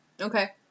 Okay